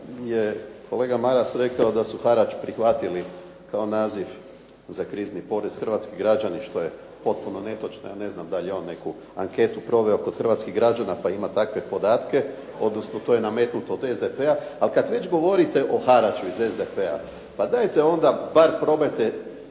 je kolega Maras rekao da su harač prihvatili kao naziv za krizni porez hrvatski građani što je potpuno netočno. Ja ne znam da li je on neku anketu proveo kod hrvatskih građana pa ima takve podatke, odnosno to je nametnuto od SDP-a. Ali kad već govorite o haraču iz SDP-a, pa dajte onda bar probajte